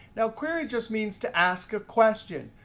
now, query just means to ask a question.